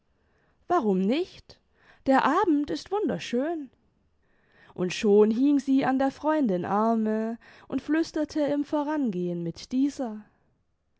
warum nicht der abend ist wunderschön und schon hing sie an der freundin arme und flüsterte im vorangehen mit dieser